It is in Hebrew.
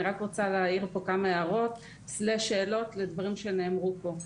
אני רק רוצה להעיר פה כמה הערות/שאלות לדברים שנאמרו פה.